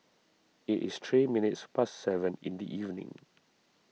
it is three minutes past seven in the evening